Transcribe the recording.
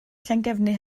llangefni